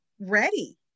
ready